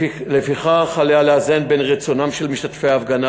לפיכך עליה לאזן בין רצונם של משתתפי ההפגנה